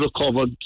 recovered